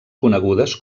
conegudes